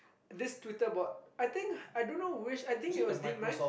this twitter board